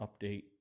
update